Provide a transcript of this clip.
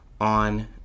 on